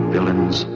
villains